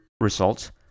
results